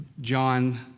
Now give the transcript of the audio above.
John